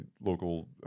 local